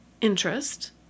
Interest